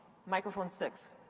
microphone six.